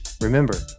Remember